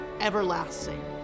Everlasting